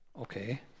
Okay